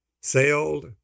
sailed